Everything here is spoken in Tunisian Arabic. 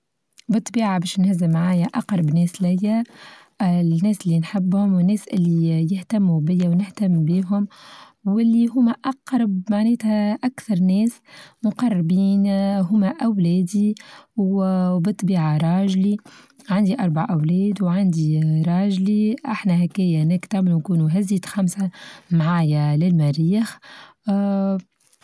بالطبيعة بيش نهز معايا أقرب الناس ليا الناس اللى نحبهم والناس اللي يهتمو بيا ونهتم بيهم ولي هوما أقرب معناتها أكثر ناس مقربين هما أولادي وبالطبيعة راجلي عندي أربع أولاد وعندي راچلى إحنا هاكايا نكتملوا نكونوا هزيت خمسة معايا للمريخ آآ.